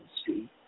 street